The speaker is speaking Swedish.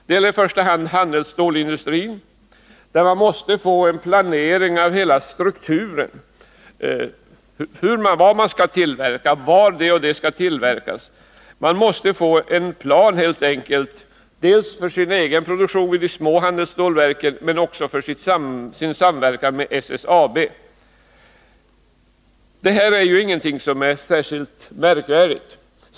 Det gäller i första hand handelsstålsindustrin, där man måste få till stånd en planering av hela strukturen: vad som skall tillverkas, var det skall tillverkas osv. Man måste helt enkelt få till stånd en plan dels för produktionen vid de små handelsstålverken, dels för deras samverkan med SSAB. Detta är ingenting särskilt märkvärdigt.